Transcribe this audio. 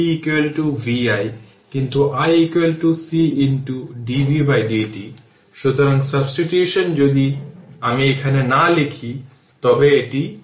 capacitor তার ক্ষেত্রে energy store করার সময় সার্কিট থেকে এনার্জি নেয় এবং সার্কিটে এনার্জি সরবরাহ করার সময় পূর্বে স্টোরড এনার্জি ফেরত দেয়